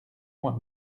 moi